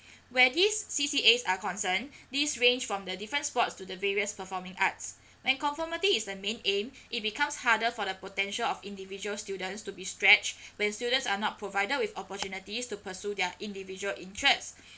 where these C_C_As are concerned these ranged from the different sports to the various performing arts if conformity is the main aim it becomes harder for the potential of individual students to be stretched when students are not provided with opportunities to pursue their individual interests